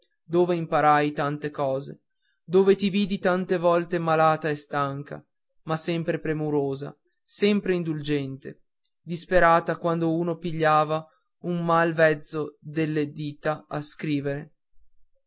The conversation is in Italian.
dove imparai tante cose dove ti vidi tante volte malata e stanca ma sempre premurosa sempre indulgente disperata quando uno pigliava un mal vezzo delle dita a scrivere